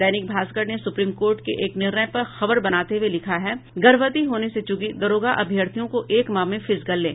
दैनिक भास्कर ने supreme court के एक निर्णय पर खबर बनाते हुए लिखा है गर्भवती होने से चूकीं दारोगा अभ्यर्थियों को एक माह में फिजिकल लें